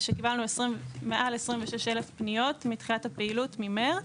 קיבלנו מעל 26,000 פניות מתחילת הפעילות, ממרץ.